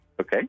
Okay